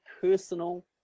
personal